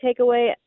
takeaway